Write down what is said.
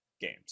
games